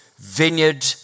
Vineyard